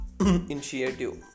initiative